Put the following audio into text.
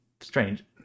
strange